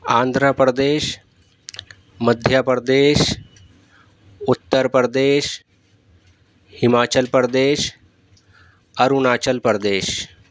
Andhra Pradesh Madhya Pradesh Uttar Pradesh Himachal Pradesh Arunachal Pradesh